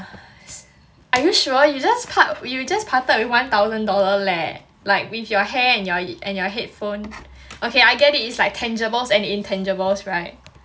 are you sure you just part you just parted with one thousand dollar leh like with your hair and your and your headphone okay I get its like tangibles and intangibles [right]